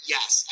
Yes